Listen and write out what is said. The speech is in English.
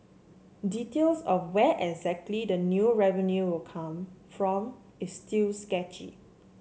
details of where exactly the new revenue will come from is still sketchy